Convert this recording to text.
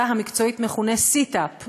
המקצועית מכונה sit up,